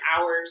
hours